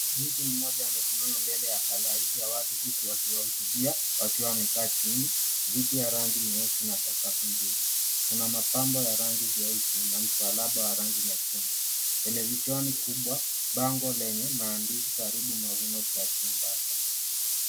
Mtu mmoja amesimama mbele ya halaiki ya watu, huku akiwahutubia wakiwa wamekaa chini ya viti ya rangi nyeusi na sakafu nzuri kuna mapambo ya rangi nyeusi, na msalaba wa rangi nyekundu, televisheni kubwa, bango lenye maandishi karibu Mavuno Church Mombasa.